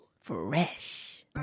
Fresh